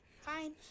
Fine